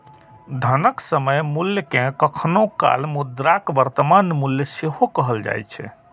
धनक समय मूल्य कें कखनो काल मुद्राक वर्तमान मूल्य सेहो कहल जाए छै